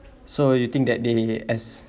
so you think that they as